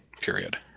period